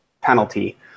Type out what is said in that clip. penalty